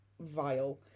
vile